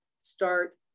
start